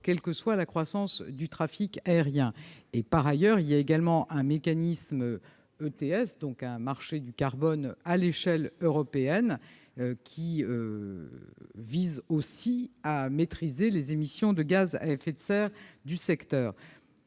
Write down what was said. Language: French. quelle que soit la croissance du trafic aérien. Par ailleurs, il existe un marché ETS- -marché du carbone à l'échelle européenne, qui vise aussi à maîtriser les émissions de gaz à effet de serre dans ce secteur.